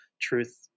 truth